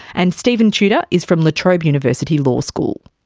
and steven tudor is from la trobe university law school.